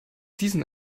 diesen